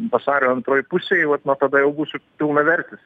vasario antroj pusėj vat nuo tada jau būsiu pilnavertis